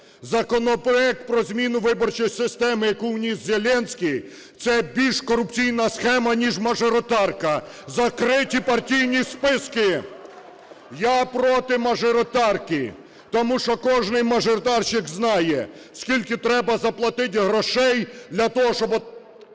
Законопроект про зміну виборчої системи, яку вніс Зеленський, – це більш корупційна схема, ніж мажоритарка, закриті партійні списки. Я проти мажоритарки, тому що кожен мажоритарщик знає, скільки треба заплатити грошей для того, щоб…